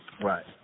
Right